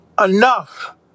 enough